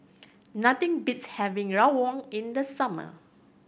nothing beats having rawon in the summer